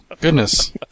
goodness